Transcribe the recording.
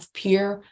pure